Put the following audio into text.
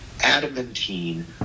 adamantine